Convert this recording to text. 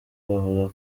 bavuga